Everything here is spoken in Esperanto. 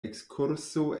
ekskurso